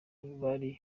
bari